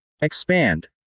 Expand